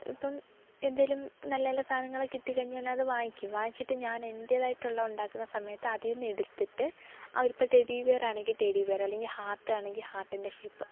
ഇപ്പം എന്തെങ്കിലും നല്ല നല്ല സാധനങ്ങൾ കിട്ടിക്കഴിഞ്ഞാൽ ഞാനത് വാങ്ങിക്കും വാങ്ങിച്ചിട്ട് ഞാനെൻ്റെതായിട്ടുള്ള ഉണ്ടാക്കുന്ന സമയത്ത് അതിൽ നിന്ന് എടുത്തിട്ട് ആ ഒരു ഇപ്പം ടെഡീബിയർ ആണെങ്കിൽ ടെഡീബിയർ അല്ലെങ്കിൽ ഹാർട്ട് ആണെങ്കിൽ ഹാർട്ടിൻ്റെ ഷെയ്പ്പ്